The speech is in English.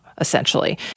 essentially